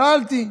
שאלתי,